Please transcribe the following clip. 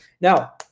now